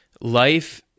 life